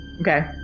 Okay